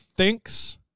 thinks